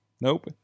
Nope